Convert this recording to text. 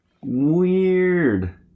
Weird